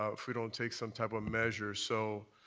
ah if we don't take some type of measure. so